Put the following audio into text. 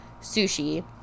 sushi